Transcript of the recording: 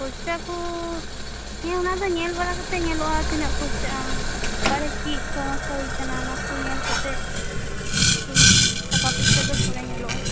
ᱠᱷᱚᱨᱪᱟ ᱠᱚ ᱦᱮᱸ ᱚᱱᱟᱫᱚ ᱧᱮᱞᱵᱟᱲᱟ ᱠᱟᱛᱮᱫ ᱧᱮᱞᱚᱜᱼᱟ ᱛᱤᱱᱟᱹᱜ ᱠᱷᱚᱨᱪᱟᱜᱼᱟ ᱚᱠᱟᱨᱮ ᱪᱮᱫ ᱥᱚᱢᱚᱥᱥᱟ ᱦᱩᱭ ᱟᱠᱟᱱᱟ ᱚᱱᱟᱠᱚ ᱧᱮᱞ ᱠᱟᱛᱮᱫ ᱴᱟᱠᱟ ᱯᱩᱭᱥᱟᱹ ᱫᱚ ᱯᱚᱨᱮ ᱧᱮᱞᱚᱜᱼᱟ